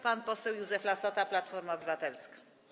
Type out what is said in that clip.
Pan poseł Józef Lassota, Platforma Obywatelska.